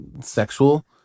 sexual